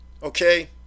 Okay